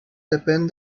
depèn